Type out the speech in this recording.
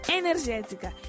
energética